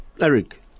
Eric